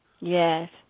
Yes